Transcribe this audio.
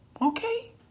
Okay